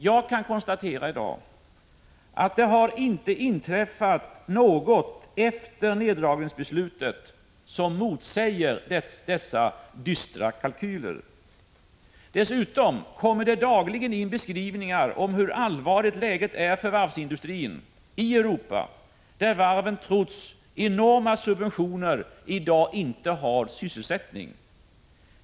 Jag kan alltså i dag konstatera att det efter neddragningsbeslutet inte har inträffat något som motsäger dessa dystra kalkyler. Dessutom kommer det dagligen in beskrivningar av hur allvarligt läget är för varvsindustrin i Europa, där varven trots enormt stora subventioner inte har sysselsättning.